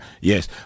yes